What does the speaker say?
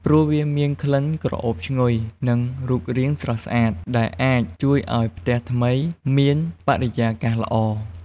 ព្រោះវាមានក្លិនក្រអូបឈ្ងុយ និងរូបរាងស្រស់ស្អាត ដែលអាចជួយឲ្យផ្ទះថ្មីមានបរិយាកាសល្អ។